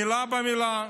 מילה במילה.